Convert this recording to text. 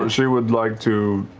ah she would like to,